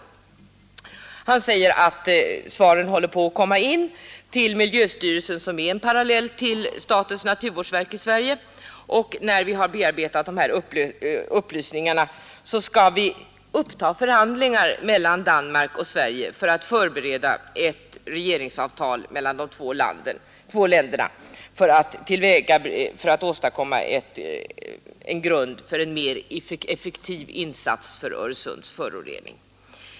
Herr Kampmann säger att svaren håller på att komma in till miljöstyrelsen, som är en parallell till statens naturvårdsverk i Sverige. När man bearbetat dessa upplysningar, skall man uppta förhandlingar mellan Danmark och Sverige för att förbereda ett regeringsavtal mellan de båda länderna i syfte att åstadkomma en grund för en mer effektiv insats för att förhindra Öresunds förorening.